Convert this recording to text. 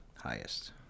Highest